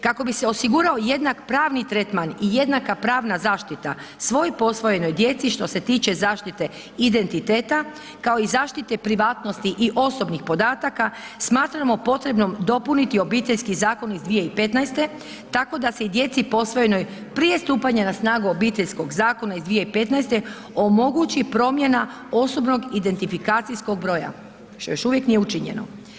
Kako bi se osigurao jednak pravni tretman i jednaka pravna zaštita, svoj posvojenoj djeci, što se tiče zaštite identiteta kao i zaštite privatnosti i osobnih podataka smatramo potrebnim dopuniti Obiteljski zakon iz 2015. tako da se i djeci posvojenoj prije stupanja na snagu Obiteljskog zakona iz 2015. omogući promjena osobnog identifikacijskog broja, što još uvijek nije učinjeno.